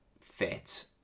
fit